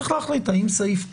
צריך להחליט האם סעיף (ט),